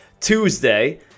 Tuesday